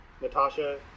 Natasha